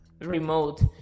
remote